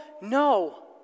No